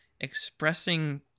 expressing